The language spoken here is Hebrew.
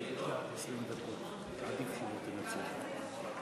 בשם כל קבוצת מרצ, מצוין.